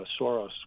Soros